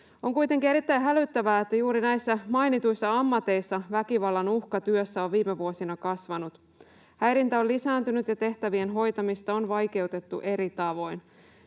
On kuitenkin erittäin hälyttävää, että juuri näissä mainituissa ammateissa väkivallan uhka työssä on viime vuosina kasvanut. Häirintä on lisääntynyt ja tehtävien hoitamista on vaikeutettu eri tavoin.